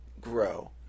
grow